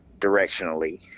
Directionally